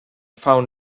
found